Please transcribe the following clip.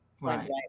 right